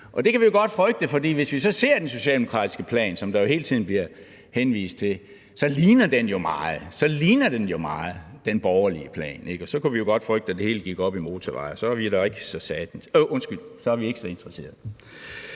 det kan vi godt frygte, for hvis vi så ser den socialdemokratiske plan, som der hele tiden bliver henvist til, ligner den jo meget den borgerlige plan, og så kunne vi godt frygte, at det hele gik op i motorveje, og så er vi ikke så interesseret.